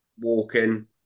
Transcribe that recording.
walking